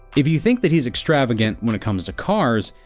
if you think that he's extravagant when it comes to cars,